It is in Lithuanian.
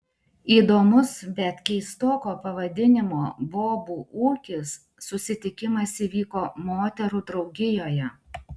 įdomus bet keistoko pavadinimo bobų ūkis susitikimas įvyko moterų draugijoje